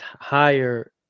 higher